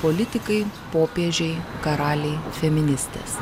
politikai popiežiai karaliai feministės